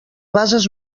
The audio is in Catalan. bases